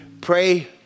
pray